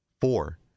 Four